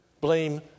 blame